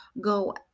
Go